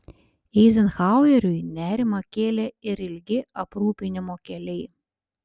eizenhaueriui nerimą kėlė ir ilgi aprūpinimo keliai